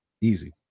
Easy